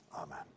amen